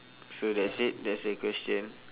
so that's it that's the question